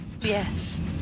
Yes